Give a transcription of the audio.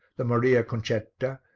the maria concetta,